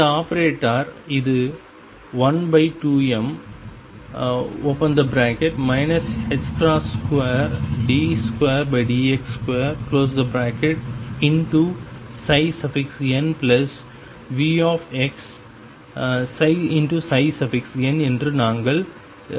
இந்த ஆபரேட்டர் இது 12m 2d2dx2nVxn என்று நாங்கள் என்ன சொன்னோம்